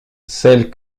celles